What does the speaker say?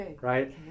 right